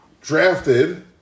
drafted